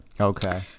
okay